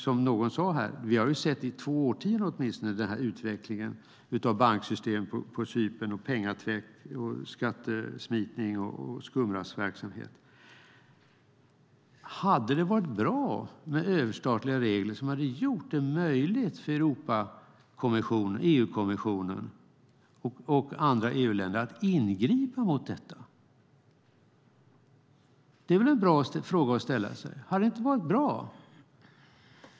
Som någon tidigare talare sade har vi i åtminstone två årtionden sett utvecklingen av banksystemen på Cypern med pengatvätt, skattesmitning och annan skumraskverksamhet. Hade det varit bra med överstatliga regler som gjort det möjligt för EU-kommissionen och andra EU-länder att ingripa mot detta? Det är väl en bra fråga att ställa sig.